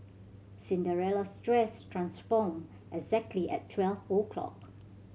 Cinderella's dress transformed exactly at twelve o'clock